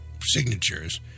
signatures